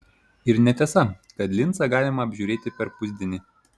ir netiesa kad lincą galima apžiūrėti per pusdienį